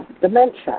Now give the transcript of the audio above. dementia